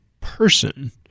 person